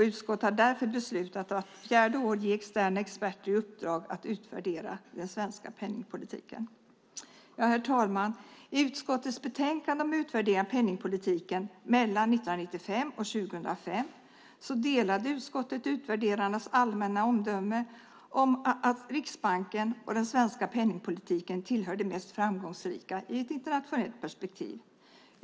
Utskottet har därför beslutat att vart fjärde år ge externa experter i uppdrag att utvärdera den svenska penningpolitiken. Herr talman! I utskottets betänkande om utvärderingen av penningpolitiken mellan 1995 och 2005 delade utskottet utvärderarnas allmänna omdöme att Riksbanken och den svenska penningpolitiken tillhör de mest framgångsrika i ett internationellt perspektiv.